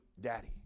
daddy